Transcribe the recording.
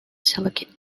silicate